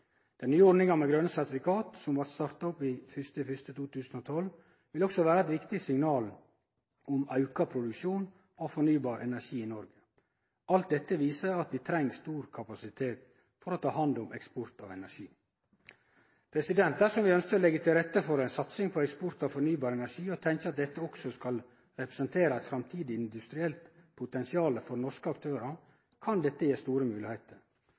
Den nye ordninga med grøne sertifikat, som blei starta opp 1. januar 2012, vil også vere eit viktig signal om auka produksjon av fornybar energi i Noreg. Alt dette viser at vi treng stor kapasitet for å ta hand om eksport av energi. Dersom vi ønskjer å leggje til rette for ei satsing på eksport av fornybar energi, og vi tenkjer at dette også skal representere eit framtidig industrielt potensial for norske aktørar, kan dette gje store